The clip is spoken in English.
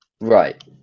Right